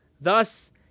Thus